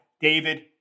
David